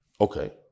Okay